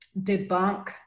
debunk